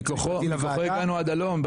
מכוחו הגענו עד הלום.